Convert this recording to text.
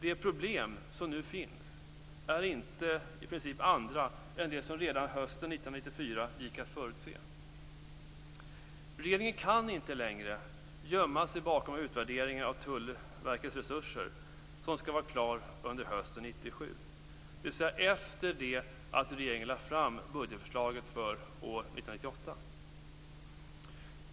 De problem som nu finns är i princip inte andra än de som redan hösten 1994 gick att förutse. Regeringen kan inte längre gömma sig bakom utvärderingen av Tullverkets resurser, som skall vara klar under hösten 1997, dvs. efter det att regeringen lagt fram budgetförslaget för år 1998.